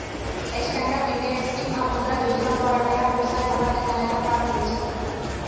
stand up India scheme आऽ मुद्रा जोजना द्वारा नयाँ व्यवसाय बला के सहायता प्राप्त होइ छइ